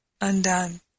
undone